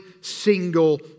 single